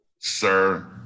Sir